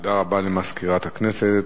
תודה רבה למזכירת הכנסת.